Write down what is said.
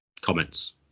comments